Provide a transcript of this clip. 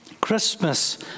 Christmas